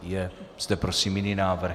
Je zde prosím jiný návrh?